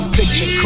Picture